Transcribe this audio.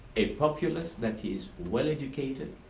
a populace that is well-educated,